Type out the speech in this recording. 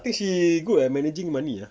I think she good at managing money ah